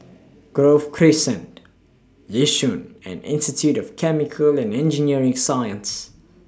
Grove Crescent Yishun and Institute of Chemical and Engineering Sciences